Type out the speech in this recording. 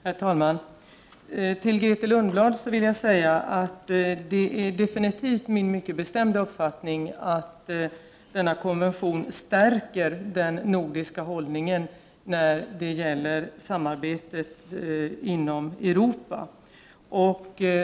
Herr talman! Till Grethe Lundblad vill jag säga att det är min mycket bestämda uppfattning att denna konvention stärker den nordiska hållningen beträffande samarbetet inom Europa.